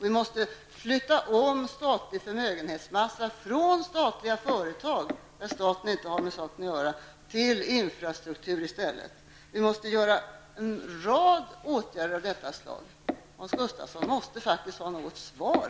Vi måste flytta om statlig förmögenhetsmassa från statliga företag, när staten inte har med saken att göra, till infrastruktur i stället. Vi måste vidta en rad åtgärder av detta slag. Hans Gustafsson måste här faktiskt ge något svar.